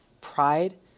pride